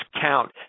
count